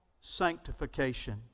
sanctification